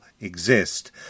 exist